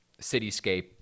cityscape